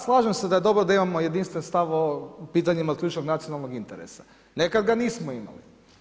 Da, slažem se da je dobro da imamo jedinstven stav o pitanjima od ključnog nacionalnog interesa, nekada ga nismo imali.